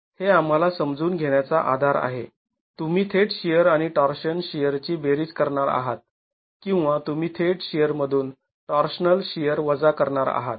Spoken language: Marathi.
आणि हे आम्हाला समजून घेण्याचा आधार आहे तुम्ही थेट शिअर आणि टॉर्शन शिअरची बेरीज करणार आहात किंवा तुम्ही थेट शिअर मधून टॉर्शनल शिअर वजा करणार आहात